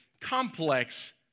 complex